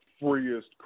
freest